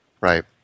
Right